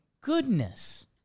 goodness